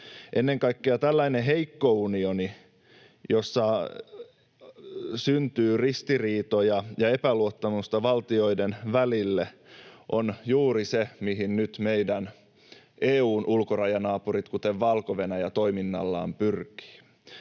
Ennen kaikkea tällainen heikko unioni, jossa syntyy ristiriitoja ja epäluottamusta valtioiden välille, on juuri se, mihin nyt meidän EU:n ulkorajanaapurit, kuten Valko-Venäjä, toiminnallaan pyrkivät.